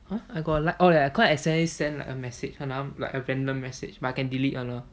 !huh! I got a like orh that cause I accidentally send like a message kind of like a random message but I can delete [one] lah